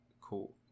Cool